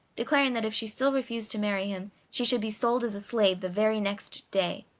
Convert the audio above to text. declaring that if she still refused to marry him she should be sold as a slave the very next day.